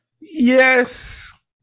Yes